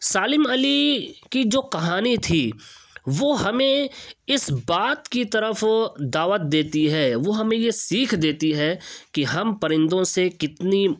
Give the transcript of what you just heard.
سالم علی کی جو کہانی تھی وہ ہمیں اس بات کی طرف دعوت دیتی ہے وہ یہ ہمیں سیکھ دیتی ہے کہ ہم پرندوں سے کتنی